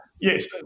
Yes